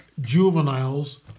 juveniles